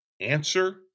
Answer